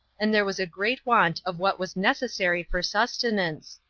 and there was a great want of what was necessary for sustenance,